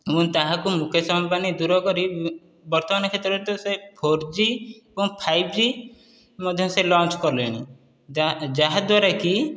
ଏବଂ ତାହାକୁ ମୁକେଶ ଅମ୍ବାନୀ ଦୂର କରି ବର୍ତ୍ତମାନ କ୍ଷେତ୍ରରେ ସେ ଫୋର୍ ଜି ଏବଂ ଫାଇଭ୍ ଜି ମଧ୍ୟ ସେ ଲଞ୍ଚ କଲେଣି ଯାହାଦ୍ୱାରା କି